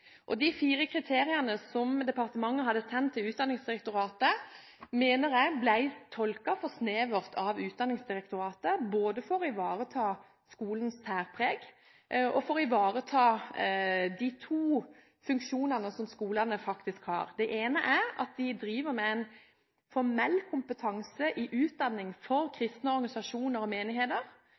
De fire kriteriene som departementet hadde sendt til Utdanningsdirektoratet, mener jeg ble tolket for snevert av Utdanningsdirektoratet både for å ivareta skolenes særpreg og for å ivareta de to funksjonene skolene faktisk har. Den ene er at de driver med en formell kompetanse i utdanning for kristne organisasjoner og menigheter,